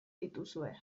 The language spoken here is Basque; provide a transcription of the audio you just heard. dituzue